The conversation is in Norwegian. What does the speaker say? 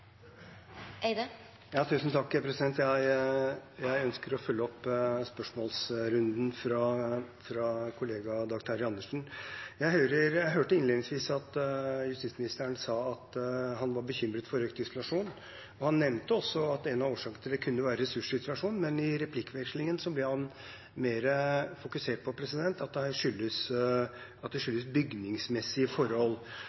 Jeg ønsker å følge opp spørsmålsrunden fra kollega Dag Terje Andersen. Jeg hørte innledningsvis at justisministeren sa at han var bekymret for økt isolasjon. Han nevnte også at en av årsakene til det kunne være ressurssituasjonen, men i replikkvekslingen ble han mer fokusert på at dette skyldes bygningsmessige forhold. De ansatte er veldig bestemt på at